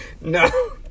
No